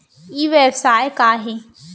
ई व्यवसाय का हे?